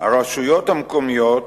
הרשויות המקומיות,